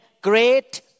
great